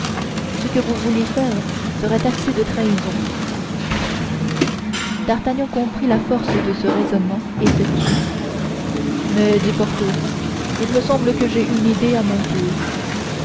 ce que vous voulez faire serait taxé de trahison d'artagnan comprit la force de ce raisonnement et se tut mais dit porthos il me semble que j'ai une idée à mon tour